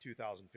2015